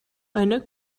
eine